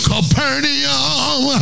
Capernaum